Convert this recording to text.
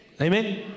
Amen